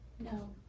No